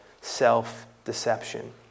self-deception